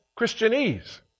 Christianese